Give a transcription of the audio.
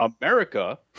America